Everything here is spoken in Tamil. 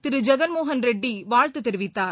திருஜெகன் மோகன் ரெட்டிவாழ்த்துதெரிவித்தார்